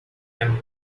and